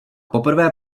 poprvé